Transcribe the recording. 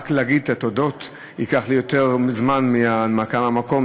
רק לומר את התודות ייקח לי יותר זמן מההנמקה מהמקום,